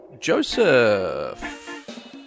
Joseph